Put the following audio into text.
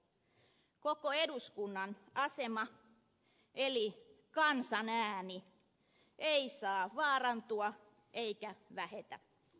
koko eduskunnan asema eli kansan ääni ei saa vaarantua eikä vähetä